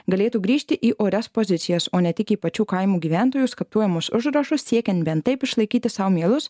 galėtų grįžti į orias pozicijas o ne tik į pačių kaimų gyventojų skaptuojamus užrašus siekiant bent taip išlaikyti sau mielus